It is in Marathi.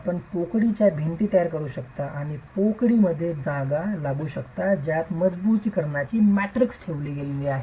आपण पोकळीच्या भिंती तयार करू शकता आणि पोकळीमध्ये जागा लागू करू शकता ज्यात मजबुतीकरणाची मॅट्रिक्स ठेवली गेली आहे